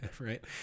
right